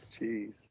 Jeez